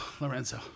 Lorenzo